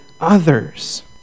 others